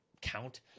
count